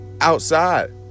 outside